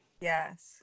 Yes